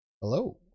Hello